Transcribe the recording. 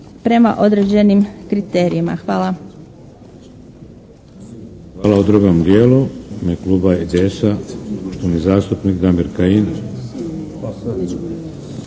prema određenim kriterijima. Hvala.